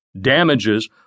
damages